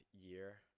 year